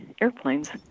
airplanes